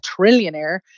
trillionaire